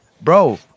bro